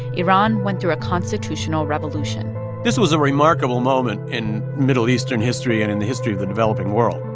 iran went through a constitutional revolution this was a remarkable moment in middle eastern history and in the history of the developing world.